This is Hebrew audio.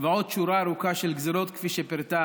ועוד שורה ארוכה של גזרות, כפי שפירטה